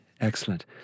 Excellent